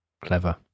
Clever